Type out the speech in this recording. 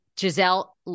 Giselle